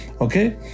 Okay